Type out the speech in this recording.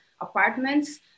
apartments